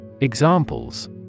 Examples